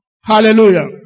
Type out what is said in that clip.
Hallelujah